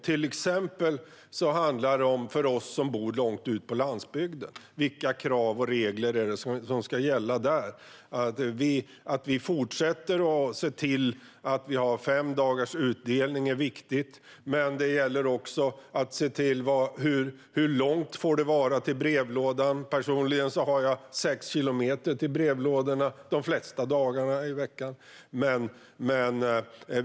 Till exempel handlar det om vilka krav och regler som ska gälla för oss som bor på långt ute på landsbygden. Att fortsätta med femdagarsutdelning är viktigt, men det handlar också om hur långt det får vara till brevlådan. Själv har jag sex kilometer till brevlådan de flesta dagarna i veckan.